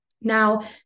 Now